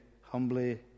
humbly